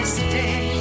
stay